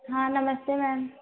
हाँ नमस्ते मैम